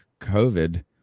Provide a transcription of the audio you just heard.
COVID